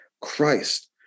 Christ